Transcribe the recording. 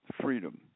freedom